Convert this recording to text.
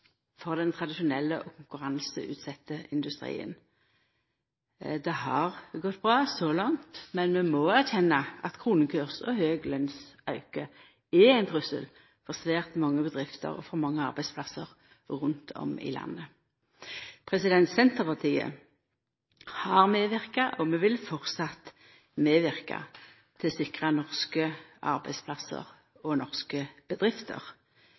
for den tradisjonelle og konkurranseutsette industrien. Det har gått bra så langt, men vi må erkjenna at kronekurs og høg lønnsauke er ein trussel for svært mange bedrifter og for mange arbeidsplassar rundt om i landet. Senterpartiet har medverka – og vi vil framleis medverka – til å sikra norske arbeidsplassar og norske bedrifter.